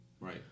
Right